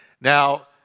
Now